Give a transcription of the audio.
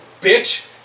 bitch